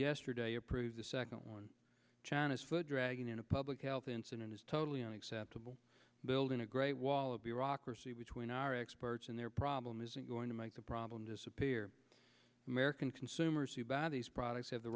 yesterday approved the second on china's foot dragging in a public health incident is totally unacceptable building a great wall of bureaucracy between our experts and their problem isn't going to make the problem disappear american consumers who buy these products have the